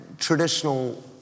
traditional